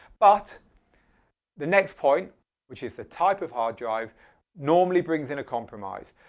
but the next point which is the type of hard drive normally brings in a compromise.